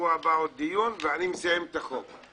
בשבוע הבא עוד דיון, ואני מסיים את החוק.